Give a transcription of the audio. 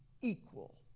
equal